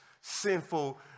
sinful